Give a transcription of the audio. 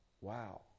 Wow